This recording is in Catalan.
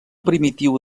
primitiu